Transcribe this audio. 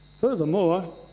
Furthermore